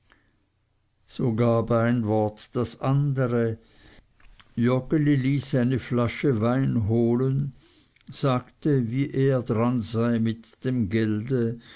gab ein wort das andere joggeli ließ eine flasche wein holen sagte wie er dran sei mit dem gelde